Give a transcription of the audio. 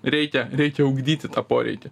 reikia reikia ugdyti tą poreikį